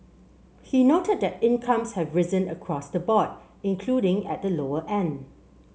he noted that incomes have risen across the board including at the lower end